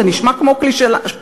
זה נשמע כמו קלישאה,